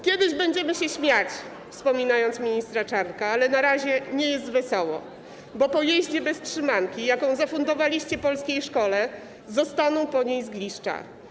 Kiedyś będziemy się śmiać, wspominając ministra Czarnka, ale na razie nie jest wesoło, bo po jeździe bez trzymanki, jaką zafundowaliście polskiej szkole, zostaną po niej zgliszcza.